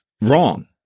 wrong